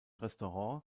restaurant